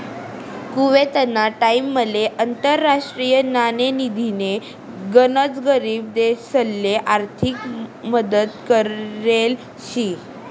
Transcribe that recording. कुवेतना टाइमले आंतरराष्ट्रीय नाणेनिधीनी गनच गरीब देशसले आर्थिक मदत करेल शे